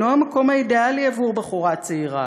אינו המקום האידיאלי עבור בחורה צעירה,